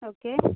okay